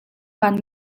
kan